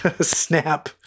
Snap